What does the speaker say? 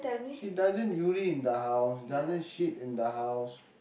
she doesn't urine in the house she doesn't shit in the house